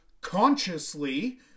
consciously